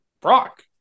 Brock